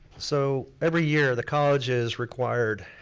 so every year the college is required